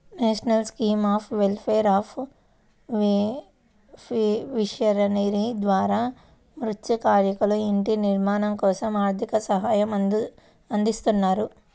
national scheme of welfare of fishermen ద్వారా మత్స్యకారులకు ఇంటి నిర్మాణం కోసం ఆర్థిక సహాయం అందిస్తారు